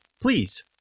please